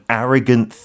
arrogant